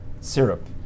Syrup